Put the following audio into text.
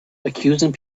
accusing